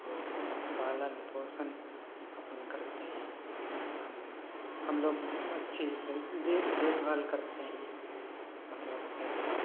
और पालन पोषण अपने करते हैं हम हम लोग अच्छे उससे देख देखभाल करते हैं मतलब कैसा